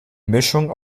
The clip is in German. mischung